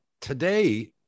Today